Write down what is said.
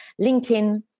LinkedIn